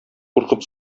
куркып